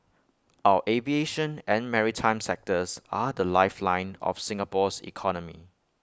our aviation and maritime sectors are the lifeline of Singapore's economy